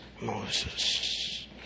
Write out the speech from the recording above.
Moses